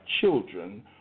children